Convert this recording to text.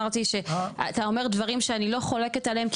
רק אמרתי שאתה אומר דברים שאני לא חולקת עליהם,